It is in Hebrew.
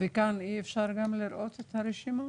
אימאן ח'טיב יאסין (רע"מ,